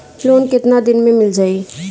Loan कितना दिन में मिल जाई?